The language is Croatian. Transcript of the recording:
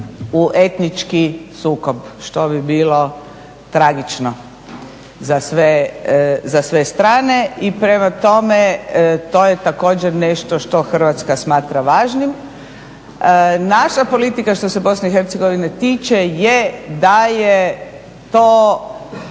u etički sukob što bi bilo tragično za sve strane i prema tome to je također nešto što Hrvatska smatra važnim. Naša politika što se BIH tiče je da je to